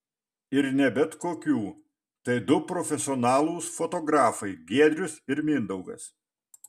ir ne bet kokių tai du profesionalūs fotografai giedrius ir mindaugas